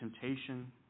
temptation